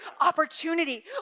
opportunity